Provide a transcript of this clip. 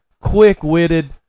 quick-witted